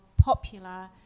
popular